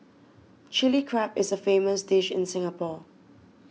Chilli Crab is a famous dish in Singapore